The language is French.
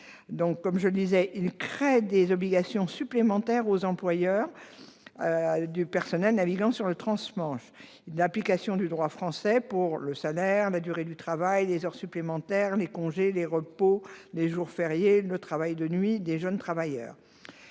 rectifié et 5 tendent à créer des obligations supplémentaires pour les employeurs des personnels naviguant sur le transmanche. En visant à imposer l'application du droit français pour le salaire, la durée du travail, les heures supplémentaires, les congés, les repos, les jours fériés, le travail de nuit des jeunes travailleurs,